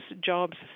jobs